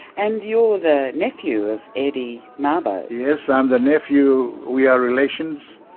and you're the nephew of eddie mabo? yes, i'm the nephew, we are relations.